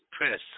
press